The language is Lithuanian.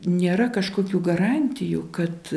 nėra kažkokių garantijų kad